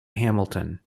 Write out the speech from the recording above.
hamilton